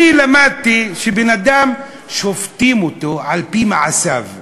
אני למדתי שבן-אדם, שופטים אותו על-פי מעשיו,